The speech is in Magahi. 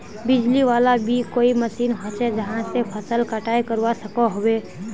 बिजली वाला भी कोई मशीन होचे जहा से फसल कटाई करवा सकोहो होबे?